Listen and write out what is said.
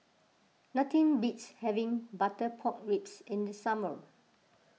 nothing beats having Butter Pork Ribs in the summer